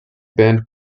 band